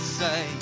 say